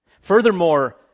Furthermore